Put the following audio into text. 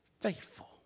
faithful